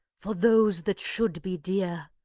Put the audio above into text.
for those that should be dear!